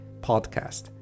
Podcast